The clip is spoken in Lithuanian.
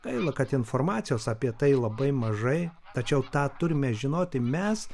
gaila kad informacijos apie tai labai mažai tačiau tą turime žinoti mes